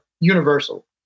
universal